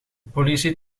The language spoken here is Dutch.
politie